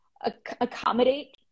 accommodate